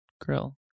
Grill